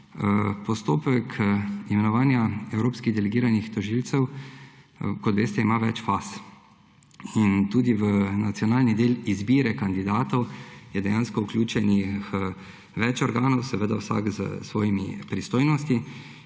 Postopek imenovanja evropskih delegiranih tožilcev ima več faz, kot veste. Tudi v nacionalni del izbire kandidatov je dejansko vključenih več organov, seveda vsak s svojimi pristojnostmi.